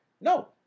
No